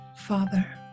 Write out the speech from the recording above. Father